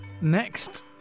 next